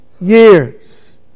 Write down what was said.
years